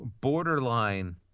borderline